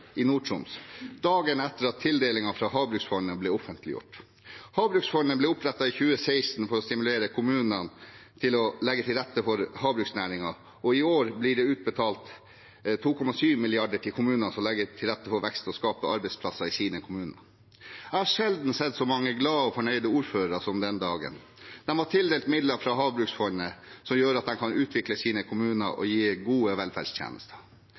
i Nord-Troms, dagen etter at tildelingen fra havbruksfondet ble offentliggjort. Havbruksfondet ble opprettet i 2016 for å stimulere kommunene til å legge til rette for havbruksnæringen, og i år blir det utbetalt 2,7 mrd. kr til kommuner som legger til rette for vekst og skaper arbeidsplasser i sine kommuner. Jeg har sjelden sett så mange glade og fornøyde ordførere som den dagen. De ble tildelt midler fra havbruksfondet, som gjør at de kan utvikle sine kommuner og gi gode velferdstjenester.